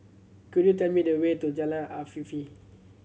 could you tell me the way to Jalan Afifi